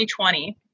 2020